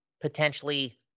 Potentially